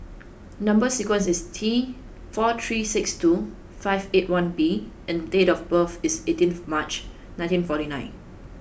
number sequence is T four three six two five eight one B and date of birth is eighteenth March nineteen forty nine